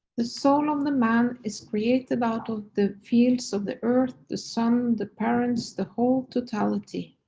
the soul of the man is created out of the fields of the earth, the sun, the parents, the whole totality.